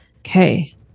Okay